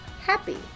happy